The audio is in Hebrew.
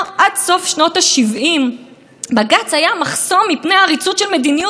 מנחם בגין עצמו פנה שוב ושוב אל בית המשפט העליון כדי לקבל סעד.